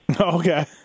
Okay